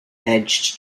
edged